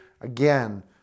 again